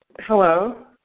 Hello